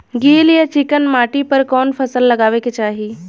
गील या चिकन माटी पर कउन फसल लगावे के चाही?